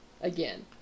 again